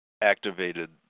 activated